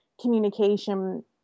communication